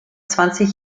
zwanzig